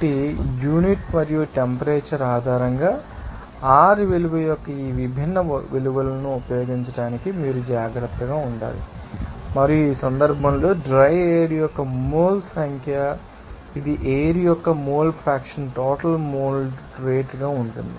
కాబట్టి యూనిట్ మరియు టెంపరేచర్ ఆధారంగా R విలువ యొక్క ఈ విభిన్న విలువలను ఉపయోగించడానికి మీరు జాగ్రత్తగా ఉండాలి మరియు ఆ సందర్భంలో డ్రై ఎయిర్ యొక్క మోల్స్ సంఖ్య ఇది ఎయిర్ యొక్క మోల్ ఫ్రాక్షన్ టోటల్ మోల్డ్ రేటుగా ఉంటుంది